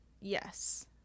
Yes